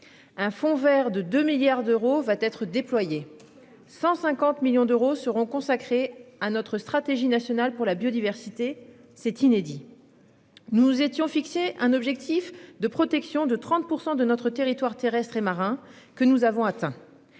Un fonds Vert de 2 milliards d'euros va être déployé 150 millions d'euros seront consacrés à notre stratégie nationale pour la biodiversité. C'est inédit.-- Nous nous étions fixé un objectif de protection de 30% de notre territoire terrestre et marin que nous avons atteint.